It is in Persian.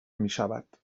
میشود